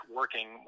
working